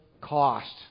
cost